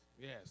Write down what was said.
yes